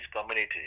community